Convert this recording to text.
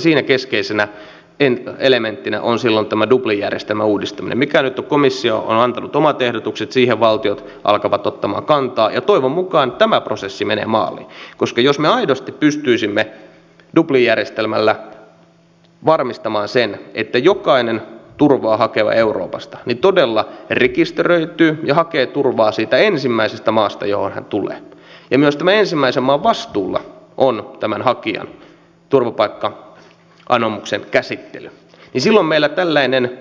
siinä keskeisenä elementtinä on silloin tämä dublin järjestelmän uudistaminen mistä nyt on komissio antanut omat ehdotukset siihen valtiot alkavat ottamaan kantaa ja toivon mukaan tämä prosessi menee maaliin koska jos me aidosti pystyisimme dublin järjestelmällä varmistamaan sen että jokainen turvaa hakeva euroopasta todella rekisteröityy ja hakee turvaa siitä ensimmäisestä maasta johon hän tulee ja myös tämän ensimmäisen maan vastuulla on tämän hakijan turvapaikka anomuksen käsittely niin silloin meillä tällainen